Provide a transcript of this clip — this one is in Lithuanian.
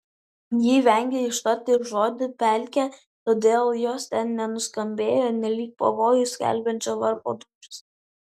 ji vengė ištarti žodį pelkė todėl jos ten nuskambėjo nelyg pavojų skelbiančio varpo dūžis